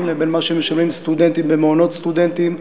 לבין מה שמשלמים סטודנטים במעונות סטודנטים.